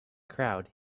crowd